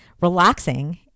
relaxing